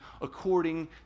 according